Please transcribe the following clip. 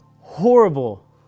horrible